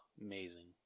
Amazing